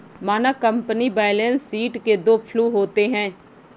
मानक company balance sheet के दो फ्लू होते हैं